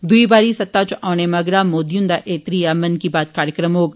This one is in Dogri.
दुई बारी सत्ता च औन मगरा मोदी हुन्दा ए त्रीया मन की बात कार्जक्रम होग